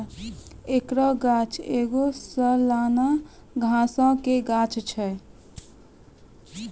एकरो गाछ एगो सलाना घासो के गाछ छै